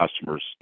customers